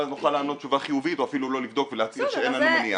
ואז נוכל לענות תשובה חיובית או אפילו לא לבדוק ולהצהיר שאין לנו מניעה.